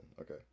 Okay